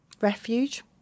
refuge